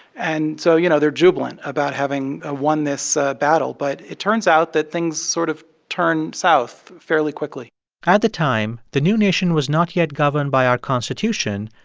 and so you know, they're jubilant about having ah won this battle. but it turns out that things sort of turned south fairly quickly at the time, the new nation was not yet governed by our constitution,